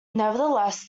nevertheless